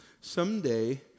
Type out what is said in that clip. someday